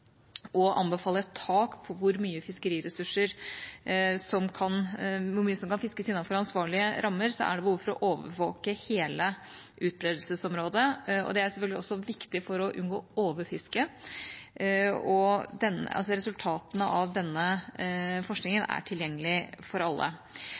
hvor mye som kan fiskes innenfor ansvarlige rammer, er det behov for å overvåke hele utbredelsesområdet. Det er selvfølgelig også viktig for å unngå overfiske. Resultatene av denne forskningen er tilgjengelig for alle. På grunnlag av